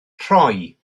rhoi